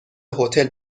هتل